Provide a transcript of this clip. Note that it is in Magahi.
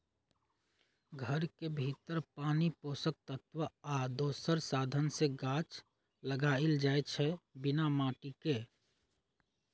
घर के भीतर पानी पोषक तत्व आ दोसर साधन से गाछ लगाएल जाइ छइ बिना माटिके